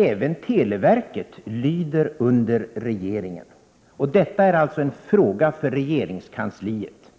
Även televerket lyder ju under regeringen, och detta är alltså en fråga för regeringskansliet.